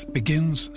begins